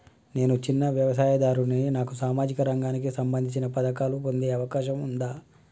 నేను చిన్న వ్యవసాయదారుడిని నాకు సామాజిక రంగానికి సంబంధించిన పథకాలు పొందే అవకాశం ఉందా?